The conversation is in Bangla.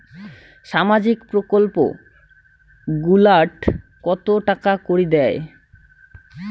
সামাজিক প্রকল্প গুলাট কত টাকা করি দেয়?